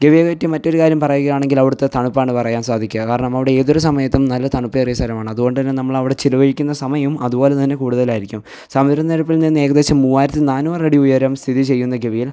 ഗവിയെപ്പറ്റി മറ്റൊരു കാര്യം പറയുകയാണെങ്കിൽ അവിടുത്തെ തണുപ്പാണ് പറയാൻ സാധിക്കുക കാരണം അവിടെ ഏതൊരു സമയത്തും നല്ല തണുപ്പേറിയ സ്ഥലമാണ് അതുകൊണ്ടുതന്നെ നമ്മളവിടെ ചിലവഴിക്കുന്ന സമയം അതുപോലെതന്നെ കൂടുതലായിരിക്കും സമുദ്രനിരപ്പിൽ നിന്നേകദേശം മൂവായിരത്തി നാനൂറടി ഉയരം സ്ഥിതി ചെയ്യുന്ന ഗവിയിൽ